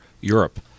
Europe